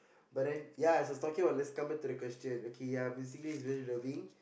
but then ya I was talking about let's come back to the question ya basically it's very loving